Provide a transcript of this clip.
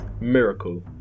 Miracle